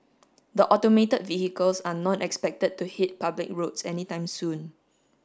the automated vehicles are not expected to hit public roads anytime soon